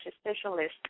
specialist